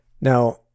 Now